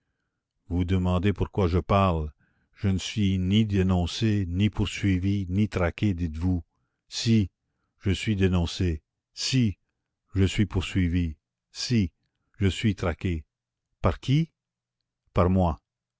vous demandez pourquoi je parle je ne suis ni dénoncé ni poursuivi ni traqué dites-vous si je suis dénoncé si je suis poursuivi si je suis traqué par qui par moi